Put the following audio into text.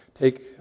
take